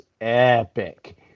epic